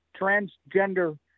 transgender